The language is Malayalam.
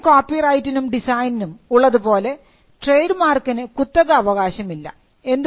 പേറ്റൻറ്സിനും കോപ്പിറൈറ്റിനും ഡിസൈനും ഉള്ളതുപോലെ പോലെ ട്രേഡ് മാർക്കിന് കുത്തകാവകാശം ഇല്ല